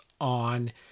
on